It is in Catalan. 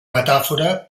metàfora